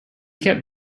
kept